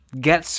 get